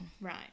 Right